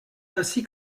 ainsi